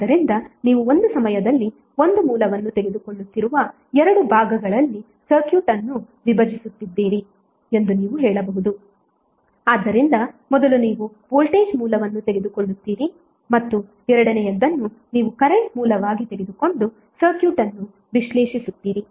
ಆದ್ದರಿಂದ ನೀವು ಒಂದು ಸಮಯದಲ್ಲಿ 1 ಮೂಲವನ್ನು ತೆಗೆದುಕೊಳ್ಳುತ್ತಿರುವ 2 ಭಾಗಗಳಲ್ಲಿ ಸರ್ಕ್ಯೂಟ್ ಅನ್ನು ವಿಭಜಿಸುತ್ತಿದ್ದೀರಿ ಎಂದು ನೀವು ಹೇಳಬಹುದು ಆದ್ದರಿಂದ ಮೊದಲು ನೀವು ವೋಲ್ಟೇಜ್ ಮೂಲವನ್ನು ತೆಗೆದುಕೊಳ್ಳುತ್ತೀರಿ ಮತ್ತು ಎರಡನೆಯದನ್ನು ನೀವು ಕರೆಂಟ್ ಮೂಲವಾಗಿ ತೆಗೆದುಕೊಂಡು ಸರ್ಕ್ಯೂಟ್ ಅನ್ನು ವಿಶ್ಲೇಷಿಸುತ್ತೀರಿ